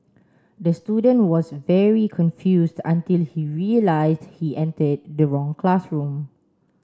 the student was very confused until he realised he entered the wrong classroom